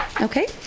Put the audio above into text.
Okay